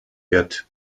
wird